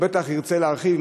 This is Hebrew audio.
הוא בטח ירצה להרחיב,